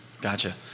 Gotcha